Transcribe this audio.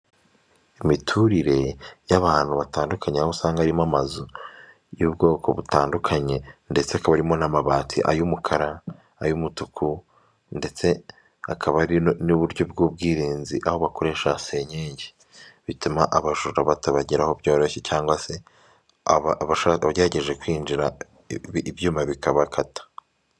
Imiturire y'abantu batandukanye, aho usanga arimo amazu y'ubwoko butandukanye ndetse akabamo n'amabati ay'umukara, ay'umutuku ndetse akaba n'uburyo bw'ubwirinzi, aho bakoresha senkenge bituma abajura batabageraho byoroshye cyangwa se bagerageje kwinjira ibyuma bikabakata.